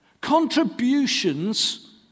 Contributions